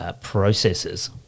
processes